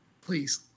Please